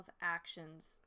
actions